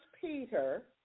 Peter